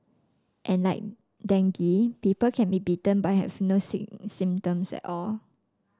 and like dengue people can be bitten but have no symptoms at all